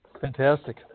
Fantastic